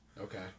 okay